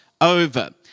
over